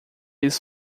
eles